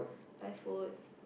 buy food